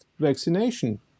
Vaccination